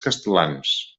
castlans